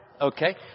Okay